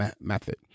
method